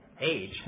age